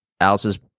Alice's